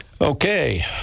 Okay